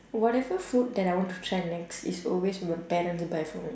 whatever food that I want to try next is always my parent will buy for me